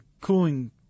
cooling